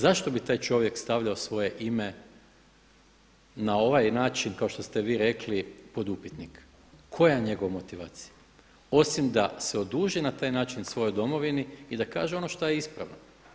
Zašto bi taj čovjek stavljao svoje ime na ovaj način, kao što ste vi rekli pod upitnik, koja je njegova motivacija osim da se oduži na taj način svojoj domovini i da kaže ono što je ispravno.